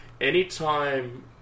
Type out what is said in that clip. anytime